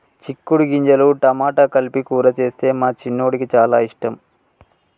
చిక్కుడు గింజలు టమాటా కలిపి కూర చేస్తే మా చిన్నోడికి చాల ఇష్టం